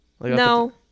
No